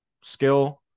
skill